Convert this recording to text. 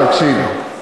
טלב, תקשיב.